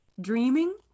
Dreaming